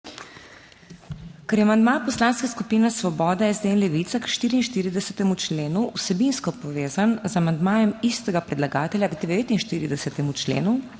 Ker je amandma Poslanske skupine Svoboda, SD in Levica k 44. členu vsebinsko povezan z amandmajem istega predlagatelja k 49. členu,